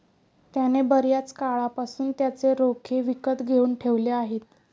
त्याने बर्याच काळापासून त्याचे रोखे विकत घेऊन ठेवले आहेत